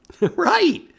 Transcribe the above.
Right